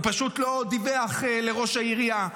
הוא פשוט לא דיווח לראש העירייה.